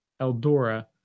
Eldora